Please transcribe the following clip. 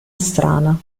strana